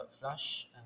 flush